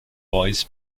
boys